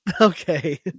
Okay